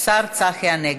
השר צחי הנגבי.